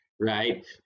right